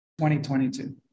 2022